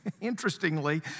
interestingly